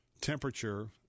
temperature